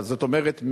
זאת אומרת,